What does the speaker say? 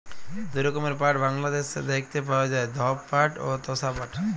দু রকমের পাট বাংলাদ্যাশে দ্যাইখতে পাউয়া যায়, ধব পাট অ তসা পাট